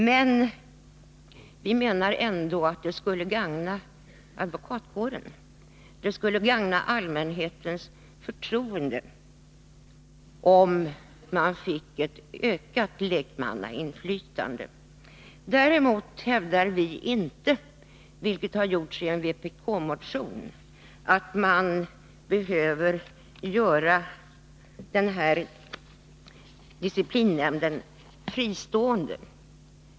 Men vi menar ändå att det skulle gagna advokatkåren och allmänhetens förtroende för den om vi fick ett ökat lekmannainflytande. Däremot hävdar vi inte, vilket har gjorts i en vpk-motion, att man behöver göra disciplinnämnden fristående.